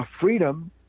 freedom